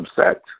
upset